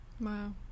Wow